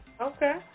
Okay